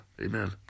amen